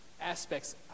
aspects